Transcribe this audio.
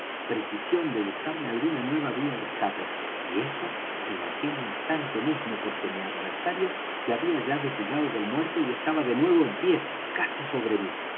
precisión de buscarme alguna nueva vía de escape y eso en aquel instante mismo porque mi adversario se había ya desligado del muerto y estaba de nuevo en pie casi sobre mí